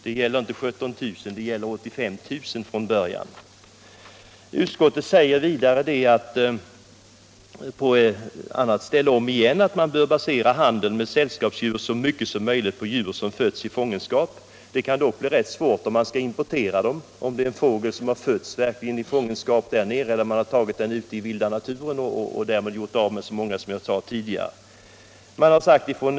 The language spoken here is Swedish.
Det gäller alltså inte 17 000; från början är det 85 000. En sida längre fram säger utskottet om igen att man bör ”basera handeln med sällskapsdjur så mycket som möjligt på djur som fötts i fångenskap”. Om man skall importera fåglar kan det dock bli rätt svårt att avgöra om de verkligen har fötts i fångenskap i det land de kommer ifrån eller om de har tagits ute i vilda naturen och det därmed gjorts av med så många som jag nämnde tidigare.